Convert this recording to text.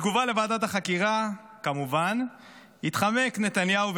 בתגובה לוועדת החקירה כמובן התחמק נתניהו,